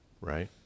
right